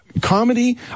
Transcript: comedy